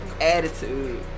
attitude